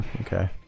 okay